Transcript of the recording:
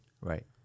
right